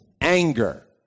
anger